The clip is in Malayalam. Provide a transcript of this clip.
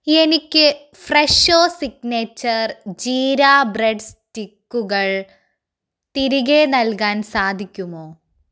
എനിക്ക് ഫ്രെഷോ സിഗ്നേച്ചർ ജീര ബ്രെഡ് സ്റ്റിക്കുകൾ തിരികെ നൽകാൻ സാധിക്കുമോ